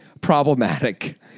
problematic